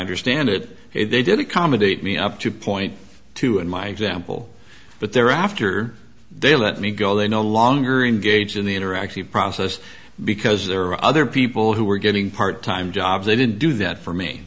understand it if they did accommodate me up two point two in my example but they're after they let me go they no longer engage in the interactive process because there are other people who were getting part time jobs they didn't do that for me